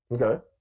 Okay